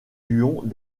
lions